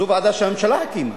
זו ועדה שהממשלה הקימה.